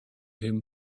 him